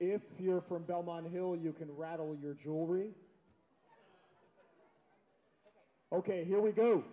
if you're from belmont hill you can rattle your jewelry ok here we